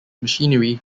machinery